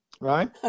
Right